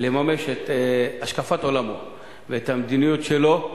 לממש את השקפת עולמו ואת המדיניות שלו,